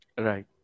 right